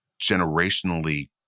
generationally